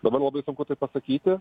dabar labai sunku tai pasakyti